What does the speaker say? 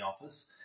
office